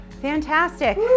Fantastic